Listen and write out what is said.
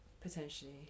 Potentially